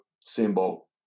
symbol